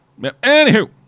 Anywho